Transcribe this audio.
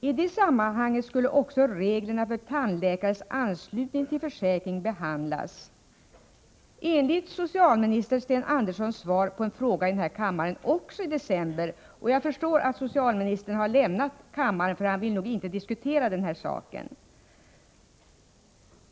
I det sammanhanget skulle också reglerna för tandläkares anslutning till försäkringen behandlas — enligt socialminister Sten Anderssons svar på en fråga i denna kammare, också i december. Jag förstår att socialministern har lämnat kammaren, för han vill nog inte diskutera den här saken.